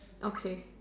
okay